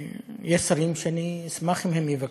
ויש שרים שאני אשמח אם הם יבקרו,